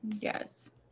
Yes